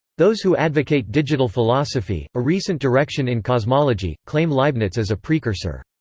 those who advocate digital philosophy, a recent direction in cosmology, claim leibniz as a precursor.